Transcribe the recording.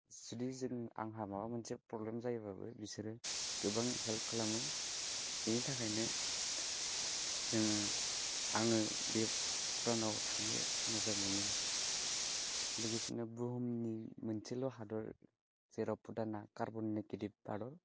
जुदि जों आंहा माबा मोनसे प्रब्लेम जायोबाबो बिसोरो गोबां हेल्प खालामो बेनि थाखायनो जोङो आङो बे भुटानाव थांनो मोजां मोनो लोगोसेनो बुहुमनि मोनसेल' हादर जेराव भुटाना कार्बननि गिदिर हादर